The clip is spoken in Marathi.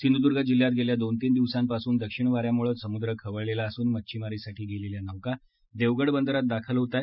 सिंधुदुर्ग जिल्ह्यात गेल्या दोन तीन दिवसांपासून दक्षिण वाऱ्यामुळं समुद्र खवळलेला असून मच्छीमारीसाठी गेलेल्या नौका देवगड बंदरात दाखल होत आहेत